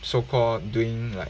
so call doing like